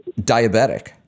diabetic